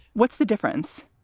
what's the difference?